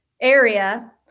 area